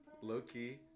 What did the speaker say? low-key